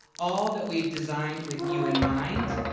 all that we've designed with you in mind.